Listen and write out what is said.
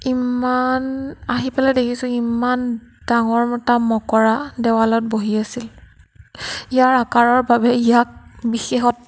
ইমান আহি পেলাই দেখিছো ইমান ডাঙৰ এটা মকৰা দেৱালত বহি আছিল ইয়াৰ আকাৰৰ বাবে ইয়াক বিশেষত